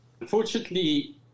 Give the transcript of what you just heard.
Unfortunately